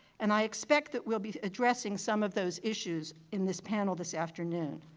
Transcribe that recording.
and i expect that we'll be addressing some of those issues in this panel this afternoon,